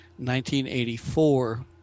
1984